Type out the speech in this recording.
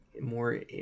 more